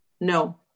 no